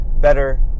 better